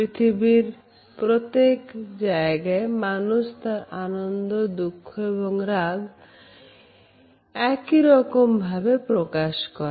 পৃথিবীর প্রত্যেক জায়গার মানুষ তার আনন্দ দুঃখ এবং রাগ একইরকম ভাবে প্রকাশ করে